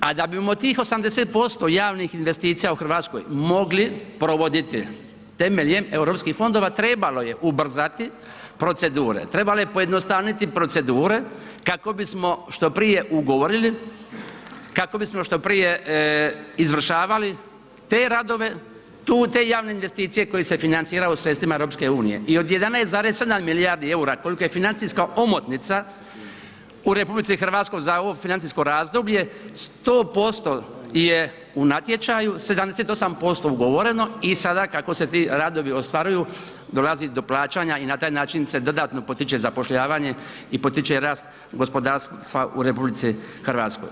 A da bimo tih 80% javnih investicija u Hrvatskoj mogli provoditi temeljem Europskih fondova trebalo je ubrzati procedure, trebalo je pojednostavniti procedure kako bismo što prije ugovorili, kako bismo što prije izvršavali te radove, tu te javne investicije koje se financiraju sredstvima EU i od 11,7 milijardi EUR-a kolika je financijska omotnica u RH za ovo financijsko razdoblje 100% je u natječaju, 78% ugovoreno i sada kako se ti radovi ostvaruju dolazi do plaćanja i na taj način se dodatno potiče zapošljavanje i potiče rast gospodarstva u RH.